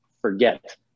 forget